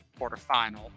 quarterfinal